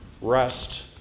rest